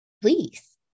please